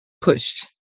pushed